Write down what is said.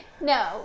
No